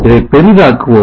இதை பெரிதாக்குவோம்